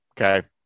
Okay